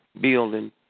building